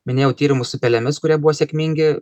minėjau tyrimus su pelėmis kurie buvo sėkmingi